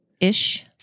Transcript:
Ish